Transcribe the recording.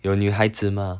有女孩子 mah